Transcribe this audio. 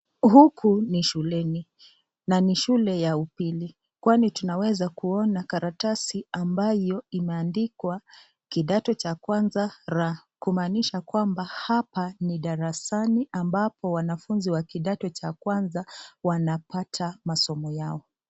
Huku ni shuleni, na shule ya upili kwani tunaweza kuona karatasi ambayo imeandikwa kidato cha kwanza R kumaanisha kwamba hapa ni darasani ambabo wanafunzi wa kidato cha kwanza wanapata masomo yao.